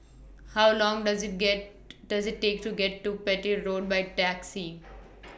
How Long Does IT get Does IT Take to get to Petir Road By Taxi